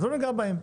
אז לא ניגע בהם.